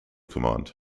command